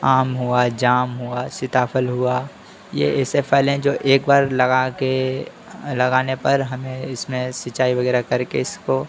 आम हुआ जाम हुआ सीताफल हुआ यह ऐसे फल हैं जो एक बार लगा कर लगाने पर हमें इसमें सिंचाई वगैरह करके इसको